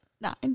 nine